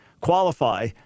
qualify